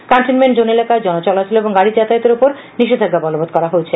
containment zone এলাকায় জনচলাচল ও গাড়ি যাতায়াতের উপর নিষেধাজ্ঞা বলবৎ করা হয়েছে